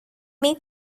may